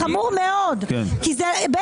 זו ממשלה מושחתת, מושחתת.